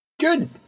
good